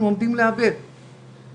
להפיץ ולהבהיר